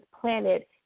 planet